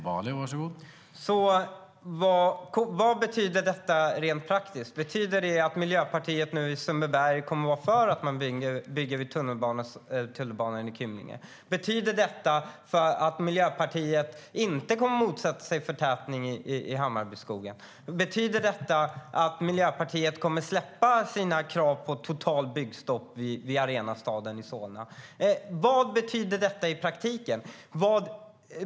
Herr talman! Vad betyder detta rent praktiskt? Betyder detta att Miljöpartiet nu kommer att vara för att man i Sundbyberg bygger vid tunnelbanan i Kymlinge? Betyder detta att Miljöpartiet inte kommer att motsätta sig förtätning i Hammarbyskogen? Betyder detta att Miljöpartiet kommer att släppa sina krav på totalt byggstopp vid Arenastaden i Solna? Vad betyder detta i praktiken?